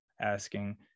asking